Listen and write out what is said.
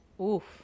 Oof